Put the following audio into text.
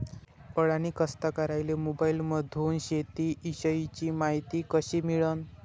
अडानी कास्तकाराइले मोबाईलमंदून शेती इषयीची मायती कशी मिळन?